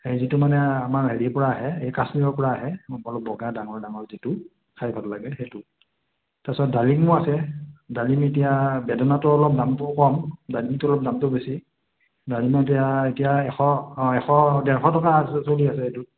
এই যিটো মানে আমাৰ হেৰিৰ পৰা আহে এই কাশ্মীৰৰ পৰা আহে অলপ বগা ডাঙৰ ডাঙৰ যিটো খাই ভাল লাগে সেইটো তাৰপিছত ডালিমো আছে ডালিম এতিয়া বেদনাটো অলপ দামটো কম ডালিমটো অলপ দামটো বেছি ডালিমৰ এতিয়া এতিয়া এশ অ' এশ ডেৰশ টকা চলি আছে এইটো